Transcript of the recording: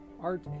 art